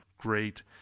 great